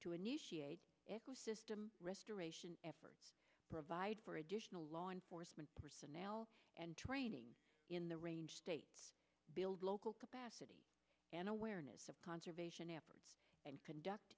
initiate restoration efforts provide for additional law enforcement personnel and training in the range state build local capacity and awareness of conservation efforts and conduct